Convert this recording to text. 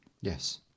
Yes